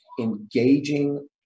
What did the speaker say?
engaging